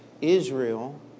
Israel